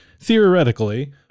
theoretically